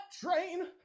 train